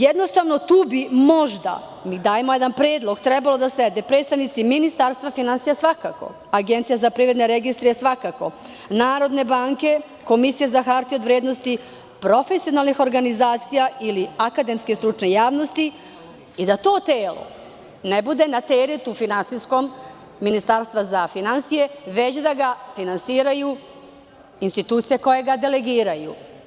Jednostavno, tu bi možda, mi dajemo jedan predlog, trebalo da sede predstavnici Ministarstva za finansije, Agencije za privredne registre, Narodne banke, Komisije za hartije od vrednost, profesionalnih organizacija ili akademske stručne javnosti i da to telone bude na teretu finansijskom Ministarstva za finansije, već da ga finansiraju institucije koje ga delegiraju.